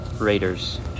Raiders